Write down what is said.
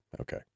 Okay